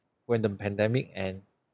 when the pandemic end